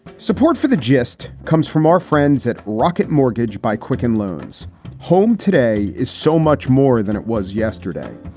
support for the gist comes from our friends at rocket mortgage by quicken loans home. today is so much more than it was yesterday,